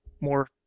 more